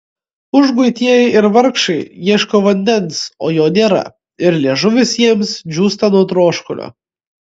užguitieji ir vargšai ieško vandens o jo nėra ir liežuvis jiems džiūsta nuo troškulio